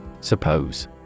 Suppose